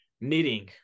knitting